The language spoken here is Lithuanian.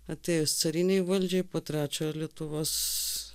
atėjus carinei valdžiai po trečiojo lietuvos